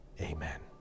amen